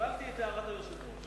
קיבלתי את הערת היושב-ראש.